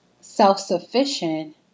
self-sufficient